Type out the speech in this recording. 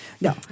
no